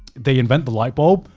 they invent the light bulb,